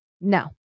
No